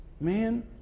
Man